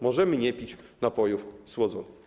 Możemy nie pić napojów słodzonych.